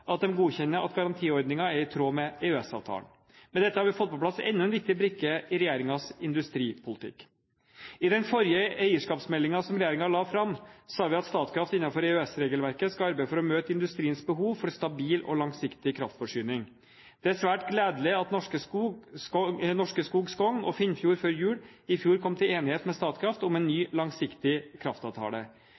at de godkjenner at garantiordningen er i tråd med EØS-avtalen. Med dette har vi fått på plass enda en viktig brikke i regjeringens industripolitikk. I den forrige eierskapsmeldingen som regjeringen la fram, sa vi at Statkraft innenfor EØS-regelverket skal arbeide for å møte industriens behov for en stabil og langsiktig kraftforsyning. Det er svært gledelig at Norske Skog Skogn og Finnfjord før jul i fjor kom til enighet med Statkraft om en ny langsiktig kraftavtale.